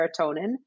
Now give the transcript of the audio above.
serotonin